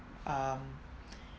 um